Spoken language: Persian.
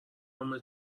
همه